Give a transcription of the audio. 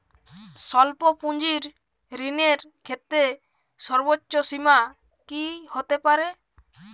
স্বল্প পুঁজির ঋণের ক্ষেত্রে সর্ব্বোচ্চ সীমা কী হতে পারে?